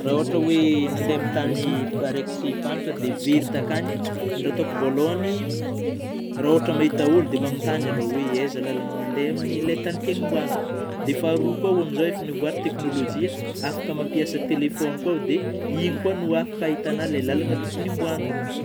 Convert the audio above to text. Raha ôhatry oe nandeha amin'ny tany fa raiky tsy fantatra dia very takany; ndrô ataoko vôalôhany raha ôhatry mahita ôlô dia magnotany alôha oe aiza lalagna mandeha amin'ny tany tiagna ombana, dia faharoa koa amin'izao efa nivoatra teknolojia afaka mampiasa telephone koa dia ino afaka ahitana ilay lalana tokony ombana